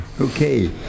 Okay